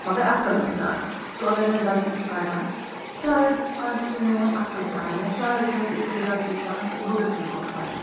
مگر اصٕل اِنسان سُہ اگر مےٚ غلطی چھُ کَڑان شاید آسہِ سُہ میون اصٕل چاہان یا شاید چھُ مےٚ سُہ اِسی لیے غلطی چاہان کہِ بہٕ گٔژھٕس برٛونٛہہ بڑٕنۍ